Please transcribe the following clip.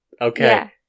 Okay